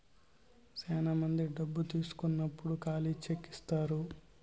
శ్యానా మంది డబ్బు తీసుకున్నప్పుడు ఖాళీ చెక్ ఇత్తారు